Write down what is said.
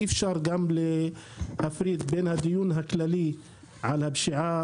אי אפשר גם להפריד בין הדיון הכללי על הפשיעה